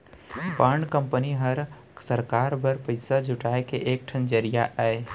bond company हर सरकार बर पइसा जुटाए के एक ठन जरिया अय